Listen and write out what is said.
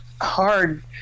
hard